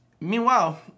Meanwhile